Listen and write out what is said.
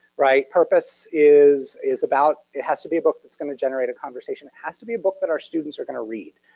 right? purpose is is about. it has to be a book that's going to generate a conversation. it has to be a book that our students are going to read,